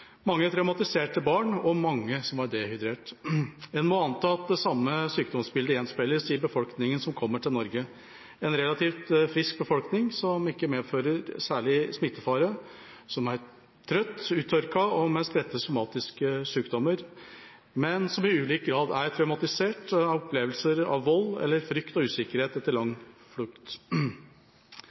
mange traumatiserte barn og mange som var dehydrert. En må anta at det samme sykdomsbildet gjenspeiles i befolkningen som kommer til Norge – en relativt frisk befolkning som ikke medfører særlig smittefare, som er trøtt, uttørket og med spredte somatiske sykdommer, men som i ulik grad er traumatisert av opplevelser av vold eller av frykt og usikkerhet etter lang flukt.